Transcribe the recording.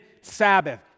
Sabbath